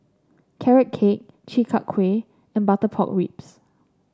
Carrot Cake Chi Kak Kuih and Butter Pork Ribs